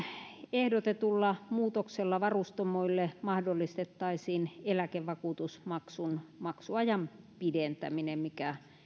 ehdotetulla muutoksella varustamoille mahdollistettaisiin eläkevakuutusmaksun maksuajan pidentäminen mikä